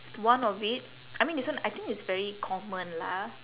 one of it I mean this one I think it's very common lah